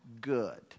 good